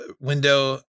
window